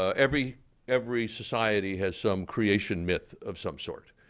ah every every society has some creation myth of some sort.